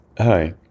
Hi